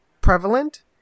prevalent